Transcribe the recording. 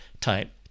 type